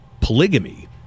polygamy